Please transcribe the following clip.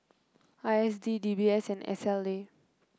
I S D D B S and S L A